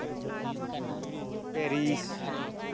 Paris